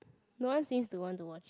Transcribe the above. no one seems to want to watch it